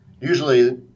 Usually